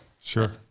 sure